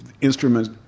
instruments